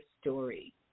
story